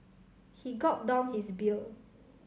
he gulped down his beer